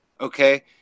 okay